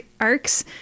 arcs